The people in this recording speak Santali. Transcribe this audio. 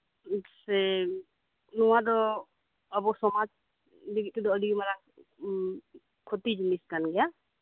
ᱦᱮᱸ ᱱᱚᱣᱟ ᱫᱚ ᱟᱵᱚ ᱥᱚᱢᱟᱡᱽ ᱞᱟᱹᱜᱤᱫ ᱛᱮᱫᱚ ᱟᱹᱰᱤ ᱢᱟᱨᱟᱝ ᱦᱮᱸ ᱠᱷᱚᱛᱤ ᱡᱤᱱᱤᱥ ᱠᱟᱱ ᱜᱮᱭᱟ